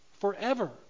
forever